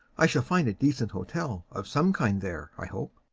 i shall find a decent hotel of some kind there, i hope?